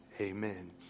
Amen